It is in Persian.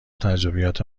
تجربیات